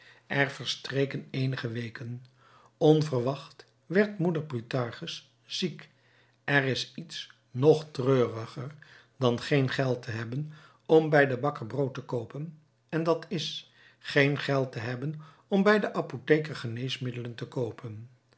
er verstreken eenige weken onverwacht werd moeder plutarchus ziek er is iets nog treuriger dan geen geld te hebben om bij den bakker brood te koopen en dat is geen geld te hebben om bij den apotheker geneesmiddelen te koopen